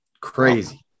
Crazy